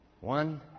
One